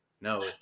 no